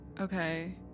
Okay